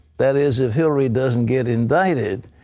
that is if hillary doesn't get indicted.